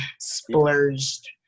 splurged